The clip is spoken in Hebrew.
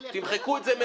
תמחקו את זה.